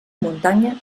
muntanya